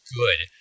good